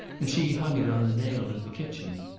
and she hung it on a nail in the kitchen.